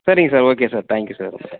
சரிங்க sir okay sir thank you